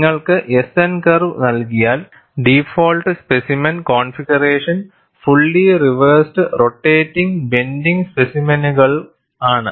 നിങ്ങൾക്ക് S N curve നൽകിയാൽ default specimen configuration fully reversed rotating bending സ്പെസിമെനുകൾ ആണ്